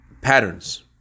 patterns